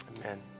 Amen